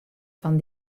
fan